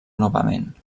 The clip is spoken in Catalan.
novament